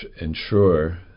ensure